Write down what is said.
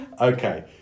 Okay